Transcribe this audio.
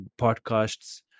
podcasts